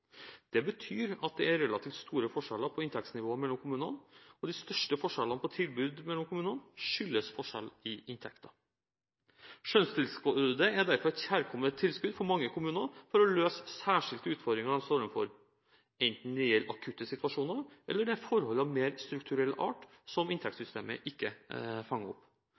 Det betyr at det er relativt store forskjeller på inntektsnivået mellom kommunene. De største forskjellene på tilbud mellom kommunene skyldes forskjeller i inntekter. Skjønnstilskuddet er derfor et kjærkomment tilskudd for mange kommuner for å løse særskilte utfordringer de står overfor, enten det gjelder akutte situasjoner eller det er forhold av mer strukturell art som inntektssystemet ikke fanger opp.